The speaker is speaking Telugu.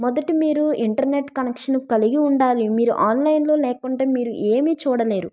మొదటి మీరు ఇంటర్నెట్ కనెక్షన్ కలిగి ఉండాలి మీరు ఆన్లైన్లో లేకుంటే మీరు ఏమీ చూడలేరు